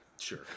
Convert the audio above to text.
Sure